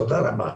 תודה רבה.